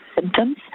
symptoms